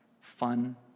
fun